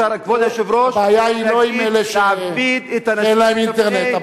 הבעיה היא לא עם אלה שאין להם אינטרנט,